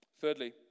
Thirdly